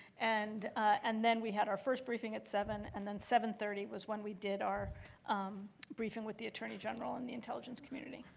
and and then we had our first briefing at seven, and then seven thirty was when we did our briefing with the attorney general and the intelligence community.